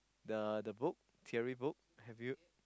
the book theory book have you